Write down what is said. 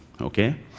okay